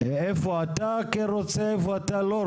איפה אתה רוצה ואיפה לא.